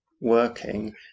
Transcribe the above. working